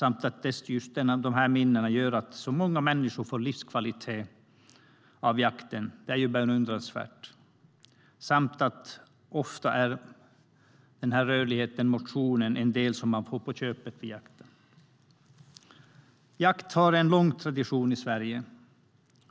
Att så många människor får livskvalitet av jakten är ju beundransvärt. Ofta är rörlighet och motion en del som man får på köpet vid jakt. Jakt har en lång tradition i Sverige.